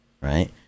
right